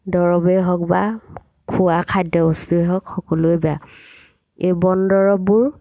দৰৱেই হওক বা খোৱা খাদ্য বস্তুৱেই হওক সকলোৱে বেয়া এই বন দৰৱবোৰ